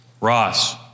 Ross